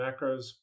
macros